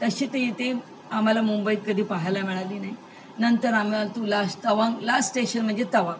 तसे ते इथे आम्हाला मुंबईत कधी पाहायला मिळाली नाही नंतर आम्हाला तुला लास्ट तवांग लास्ट स्टेशन म्हणजे तवांग